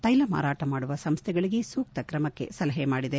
ತೈಲ ಮಾರಾಟ ಮಾಡುವ ಸಂಸ್ಥೆಗಳಿಗೆ ಸೂಕ್ತ ಕ್ರಮಕ್ಕೆ ಸಲಹೆ ಮಾಡಿದೆ